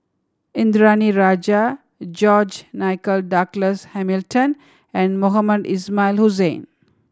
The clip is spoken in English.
Indranee Rajah George Nigel Douglas Hamilton and Mohamed Ismail Hussain